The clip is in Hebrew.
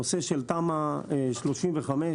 הנושא של תמ"א 35,